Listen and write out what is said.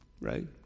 right